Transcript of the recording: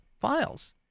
files